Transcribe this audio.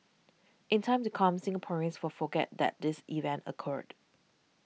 in time to come Singaporeans for forget that this event occurred